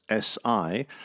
SI